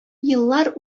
еллар